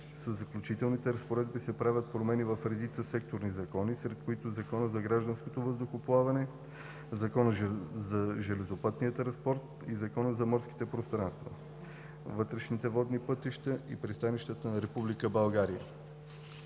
Със Заключителните разпоредби се правят промени в редица секторни закони, сред които в Закона за гражданското въздухоплаване, Закона за железопътния транспорт и Закона за морските пространства, вътрешните водни пътища и пристанищата на Република България.